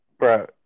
Bro